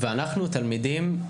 אנחנו התלמידים,